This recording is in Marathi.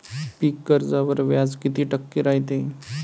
पीक कर्जावर व्याज किती टक्के रायते?